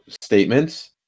statements